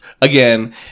again